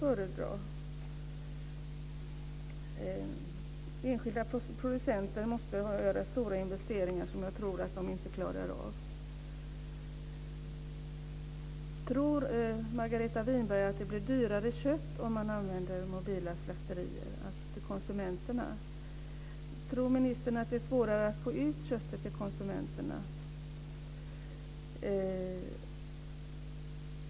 Annars måste enskilda producenter göra stora investeringar som de inte klarar av. Tror Margareta Winberg att köttet blir dyrare för konsumenterna om man använder mobila slakterier? Tror ministern att det är svårare att få ut köttet till konsumenterna?